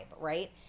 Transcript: right